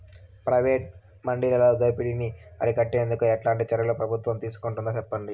Private మండీలలో దోపిడీ ని అరికట్టేందుకు ఎట్లాంటి చర్యలు ప్రభుత్వం తీసుకుంటుందో చెప్పండి?